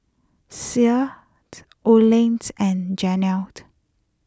Olen's and Janel